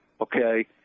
okay